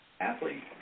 athlete